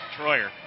Troyer